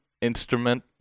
instrument